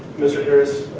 mr. harris, ah,